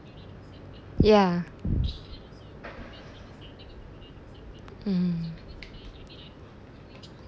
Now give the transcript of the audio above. ya mm